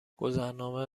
گذرنامه